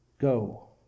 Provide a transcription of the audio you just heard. Go